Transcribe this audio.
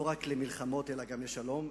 לא רק למלחמות, אלא גם לשלום.